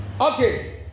Okay